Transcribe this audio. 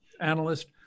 analyst